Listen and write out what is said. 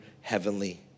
heavenly